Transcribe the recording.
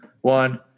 one